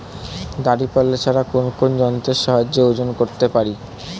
দাঁড়িপাল্লা ছাড়া আর কোন যন্ত্রের সাহায্যে ওজন করতে পারি?